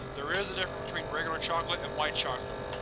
there is a difference between regular chocolate and white chocolate.